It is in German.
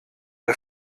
der